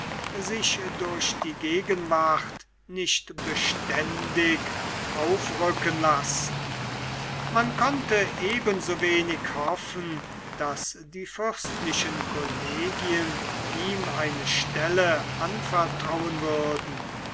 sich durch die gegenwart nicht beständig aufrücken lassen man konnte ebensowenig hoffen daß die fürstlichen kollegien ihm eine stelle anvertrauen würden